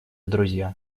друзья